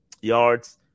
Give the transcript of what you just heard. yards